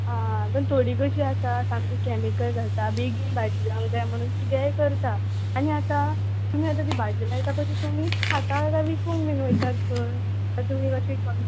आं थोडी कशी आसा सामकी कॅमिकल घालता बेगीन भाजी जावंक जाय म्हणून कितेंय करता आनी आतां भाजी लायता पळय ती तुमीच खाता काय विकूंक बीन वयतात खंय आनी तुमी कशी